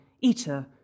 eater